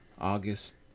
August